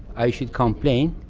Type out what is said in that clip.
i should complain.